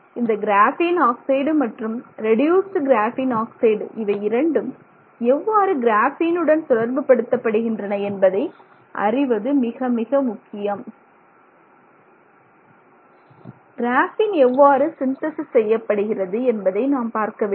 எனவே இந்த கிராபின் ஆக்சைடு மற்றும் ரெடியூசுடு கிராஃபீன் ஆக்சைடு இவை இரண்டும் எவ்வாறு கிராஃபீனுடன் தொடர்பு படுத்தப்படுகின்றன என்பதை அறிவது மிக முக்கியம் கிராஃபீன் எவ்வாறு சிந்தேசிஸ் செய்யப்படுகிறது என்பதை நாம் பார்க்க வேண்டும்